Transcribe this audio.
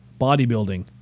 bodybuilding